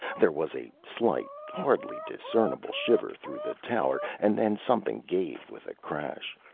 there was a slight, hardly discernible shiver through the tower, and then something gave with a crash.